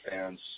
fans